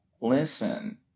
listen